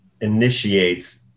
initiates